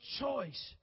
choice